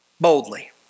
boldly